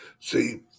See